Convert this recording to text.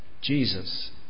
Jesus